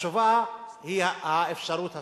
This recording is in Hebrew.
התשובה היא האפשרות השנייה.